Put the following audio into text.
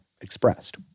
expressed